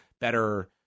better